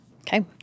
Okay